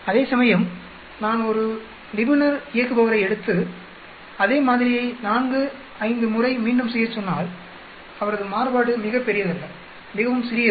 அதேசமயம் நான் ஒரு நிபுணர் இயக்குபவரை எடுத்து அதே மாதிரியை 45 முறை மீண்டும் செய்யச்சொன்னால் அவரது மாறுபாடு மிகப் பெரியதல்ல மிகவும் சிறியது